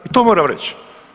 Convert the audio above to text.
I to moram reći.